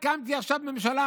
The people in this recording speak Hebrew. הקמתי עכשיו ממשלה,